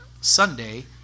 Sunday